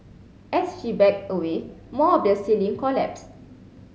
as she backed away more of the ceiling collapsed